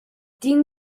tinc